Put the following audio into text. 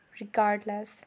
Regardless